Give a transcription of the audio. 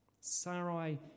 Sarai